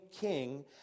king